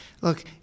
look